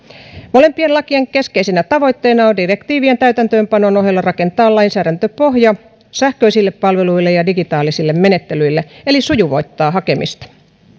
molempien lakien keskeisenä tavoitteena on direktiivien täytäntöönpanon ohella rakentaa lainsäädäntöpohja sähköisille palveluille ja digitaalisille menettelyille eli sujuvoittaa hakemista